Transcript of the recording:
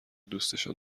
دوستشان